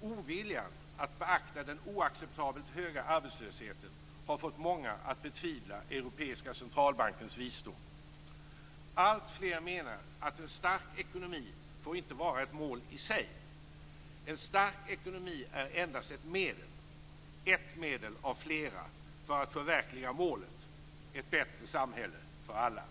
Oviljan att beakta den oacceptabelt höga arbetslösheten har fått många att betvivla Europeiska centralbankens visdom. Alltfler menar att en stark ekonomi inte får vara ett mål i sig. En stark ekonomi är endast ett medel av flera för att förverkliga målet - ett bättre samhälle för alla.